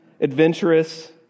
adventurous